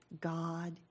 God